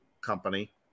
company